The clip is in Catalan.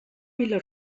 vila